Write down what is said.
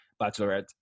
bachelorette